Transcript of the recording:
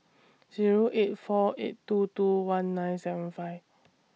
Zero eight four eight two two one nine seven five